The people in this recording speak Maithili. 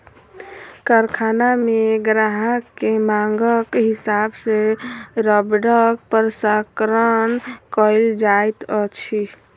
कारखाना मे ग्राहक के मांगक हिसाब सॅ रबड़क प्रसंस्करण कयल जाइत अछि